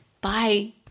Bye